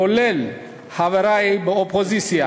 כולל חברי באופוזיציה,